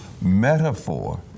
metaphor